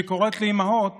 שקוראת לאימהות